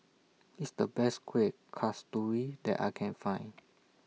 This The Best Kuih Kasturi that I Can Find